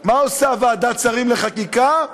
מה עושה ועדת שרים לחקיקה?